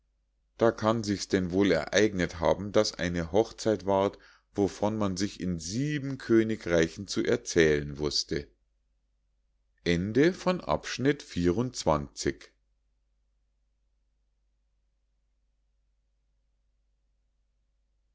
da kann sich's denn wohl ereignet haben daß eine hochzeit ward wovon man sich in sieben königreichen zu erzählen wußte